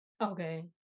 Okay